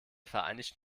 vereinigten